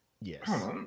Yes